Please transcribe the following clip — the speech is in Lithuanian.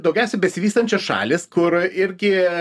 daugiausiai besivystančios šalys kur irgi